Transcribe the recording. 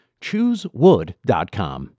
choosewood.com